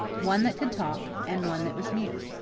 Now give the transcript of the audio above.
one that could talk, and one that was mute.